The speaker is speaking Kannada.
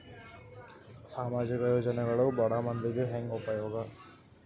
ಸಾಮಾಜಿಕ ಯೋಜನೆಗಳು ಬಡ ಮಂದಿಗೆ ಹೆಂಗ್ ಉಪಯೋಗ?